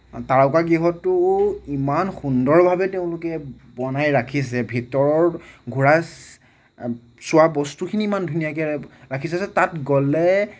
তাৰকা গৃহটোও ইমান সুন্দৰভাৱে তেওঁলোকে বনাই ৰাখিছে ভিতৰৰ ঘূৰা চোৱা বস্তু খিনি ইমান ধুনীয়াকৈ ৰাখ ৰাখিছে যে তাত গ'লে